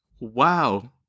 Wow